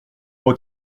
moi